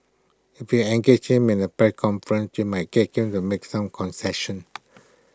if you engage him in A press conference you might get him to make some concessions